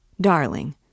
darling